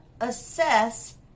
assess